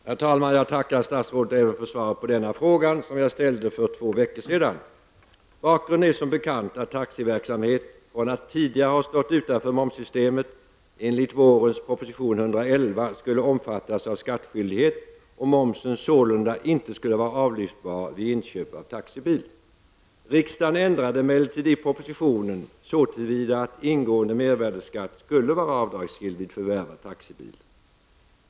Herr talman! Jag tackar statsrådet för svaret även på den här frågan, som jag ställde för två veckor sedan. Bakgrunden är som bekant att taxiverksamhet från att tidigare ha stått utanför momssystemet enligt vårens proposition 111 skulle omfattas av skattskyldighet och momsen således inte vara avlyftbar vid inköp av taxibil. Riksdagen ändrade emellertid i propositionen så till vida att ingående mervärdeskatt skulle vara avdragsgill vid förvärv av taxibil.